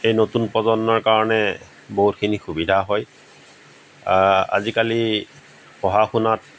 এই নতুন প্ৰজন্মৰ কাৰণে বহুতখিনি সুবিধা হয় আজিকালি পঢ়া শুনাত